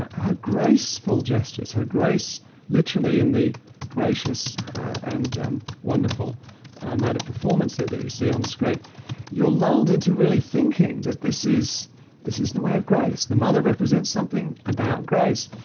her graceful gestures, her grace literally in the gracious and wonderful mode of performance that that you see on the screen you are lulled into really thinking that this is this is the way of grace, the mother represents something about grace.